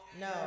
No